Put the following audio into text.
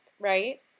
right